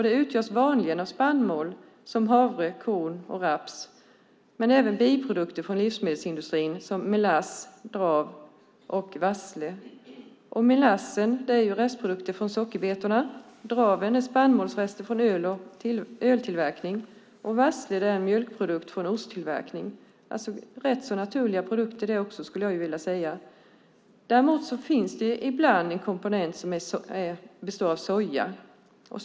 Det utgörs vanligen av spannmål som havre, korn och raps men även biprodukter från livsmedelsindustri såsom melass, drav och vassle. Melass är restprodukt från sockerbetor. Drav är en spannmålsrest från öltillverkning. Vassle är en mjölkprodukt från osttillverkning. Det är rätt så naturliga produkter, skulle jag vilja säga. Däremot finns det ibland en komponent som består av soja.